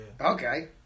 Okay